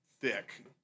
thick